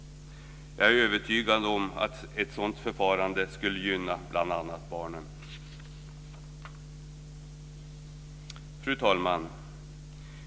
Jag är övertygad om att ett sådant förfarande skulle gynna bl.a. barnen. Fru talman!